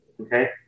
Okay